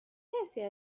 کسی